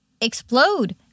explode